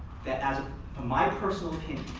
that as ah my personal opinion,